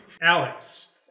Alex